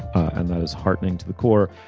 and that was heartening to the core.